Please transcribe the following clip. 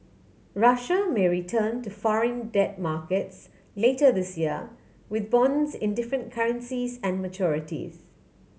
Russia may return to foreign debt markets later this year with bonds in different currencies and maturities